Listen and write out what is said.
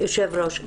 יושב-הראש,